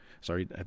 sorry